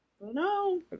no